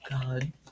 God